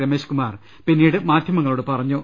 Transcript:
രമേശ്കുമാർ പിന്നീട് മാധ്യമങ്ങളോട് പറഞ്ഞു